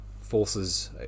forces